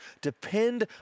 depend